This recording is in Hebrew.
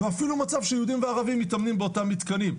ואפילו מצב שיהודים וערבים מתאמנים באותם מתקנים.